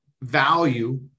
value